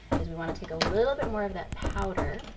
is we want to take a little bit more of that powder,